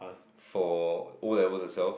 for O-level itself